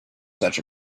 such